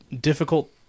difficult